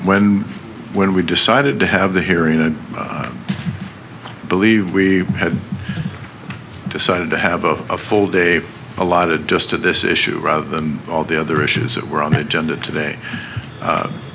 when when we decided to have the hearing and believe we had decided to have a full day allotted just to this issue rather than all the other issues that were on the agenda today